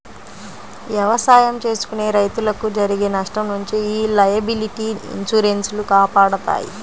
ఎవసాయం చేసుకునే రైతులకు జరిగే నష్టం నుంచి యీ లయబిలిటీ ఇన్సూరెన్స్ లు కాపాడతాయి